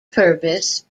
purpose